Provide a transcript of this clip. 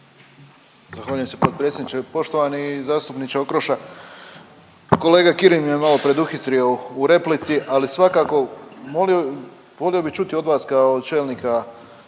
Zahvaljujem se potpredsjedniče. Poštovani zastupniče Okroša, pa kolega Kirin me malo preduhitrio u replici, ali svakako molio, volio bi čuti od vas kao čelnika